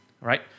right